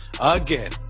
again